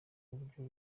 uburyo